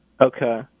Okay